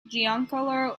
giancarlo